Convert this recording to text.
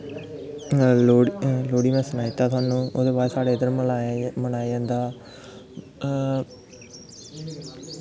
लोह्ड़ी में सनाई दित्ता तुआनू ओह्दे बाद साढ़ै इद्धर मनाया जंदा